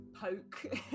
poke